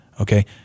Okay